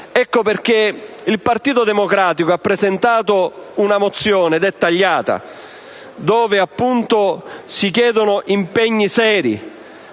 ecco perché il Partito Democratico ha presentato una mozione dettagliata con la quale si chiedono impegni seri,